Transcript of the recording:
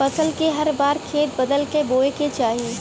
फसल के हर बार खेत बदल क बोये के चाही